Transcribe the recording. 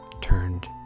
turned